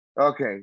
okay